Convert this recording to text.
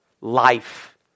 life